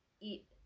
eat